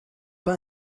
but